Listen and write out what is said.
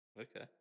Okay